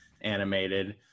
animated